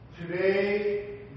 today